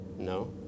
no